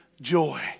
joy